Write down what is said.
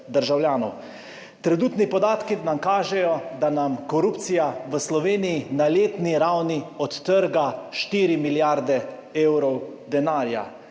Trenutni podatki nam kažejo, da nam korupcija v Sloveniji na letni ravni odtrga 4 milijarde evrov denarja.